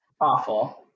Awful